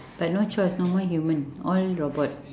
but no choice no more human all robot